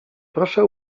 proszę